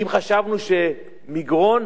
כי אם חשבנו שמגרון